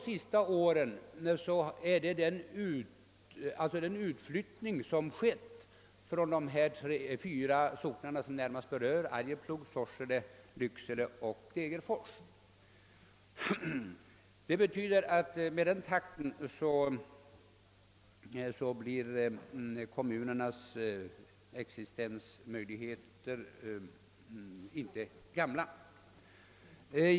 Med den takt utflyttningen skett under de två senaste åren från de fyra socknar som närmast berörs, nämligen Arjeplog, Sorsele, Lycksele och Degerfors äventyras kommunernas existens på kort tid.